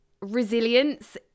resilience